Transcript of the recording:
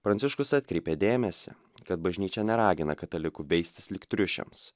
pranciškus atkreipė dėmesį kad bažnyčia neragina katalikų veistis lyg triušiams